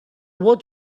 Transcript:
vot